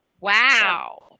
Wow